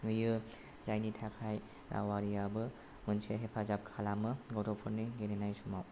नुयो जायनि थाखाय रावारिआबो मोनसे हेफाजाब खालामो गथ'फोरनि गेलेनाय समाव